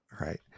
Right